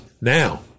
now